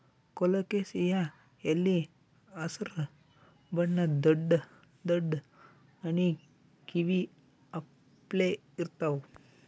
colocasia ಎಲಿ ಹಸ್ರ್ ಬಣ್ಣದ್ ದೊಡ್ಡ್ ದೊಡ್ಡ್ ಆನಿ ಕಿವಿ ಅಪ್ಲೆ ಇರ್ತವ್